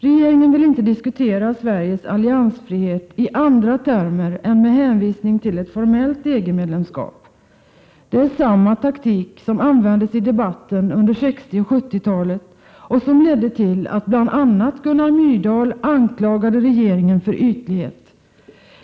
Regeringen vill inte diskutera Sveriges alliansfrihet i andra termer än med hänvisning till ett formellt EG-medlemskap. Det är samma taktik som användes i debatten under 60 och 70-talet och som ledde till att bl.a. Gunnar Myrdal anklagade regeringen för ytlighet.